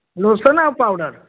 lotion ଆଉ powder